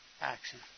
action